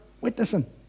witnessing